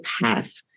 path